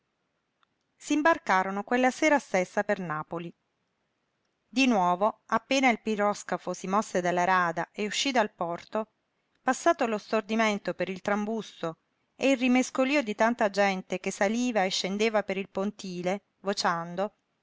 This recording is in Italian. andar sopra s'imbarcarono quella sera stessa per napoli di nuovo appena il piroscafo si mosse dalla rada e uscí dal porto passato lo stordimento per il trambusto e il rimescolío di tanta gente che saliva e scendeva per il pontile vociando